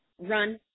run